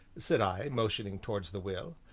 said i, motioning towards the will.